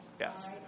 Yes